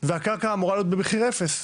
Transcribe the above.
והקרקע אמורה להיות במחיר אפסי,